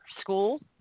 school